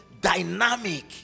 dynamic